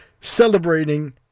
celebrating